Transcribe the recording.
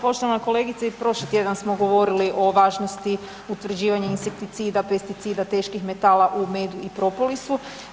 Poštovana kolegice, i prošli tjedan smo govorili o važnosti utvrđivanja insekticida, pesticida i teških metala u medu i propolisu.